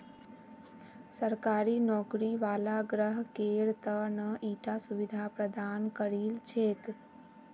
सरकारी नौकरी वाला ग्राहकेर त न ईटा सुविधा प्रदान करील छेक